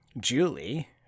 Julie